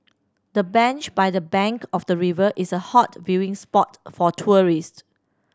the bench by the bank of the river is a hot viewing spot for tourist